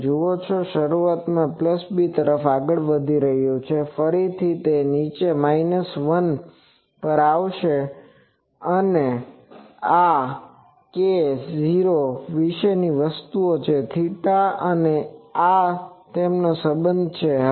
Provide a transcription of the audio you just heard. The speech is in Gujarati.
તમે જુઓ કે તે શરૂઆતમાં b તરફ જતું વધી રહ્યું છે પછી ફરી નીચે 1 પર આવશે અને આ કે k0 વસ્તુ વિશે છે તેથી અને આ તેમનો સબંધ આ છે